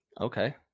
okay